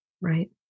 Right